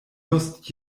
lust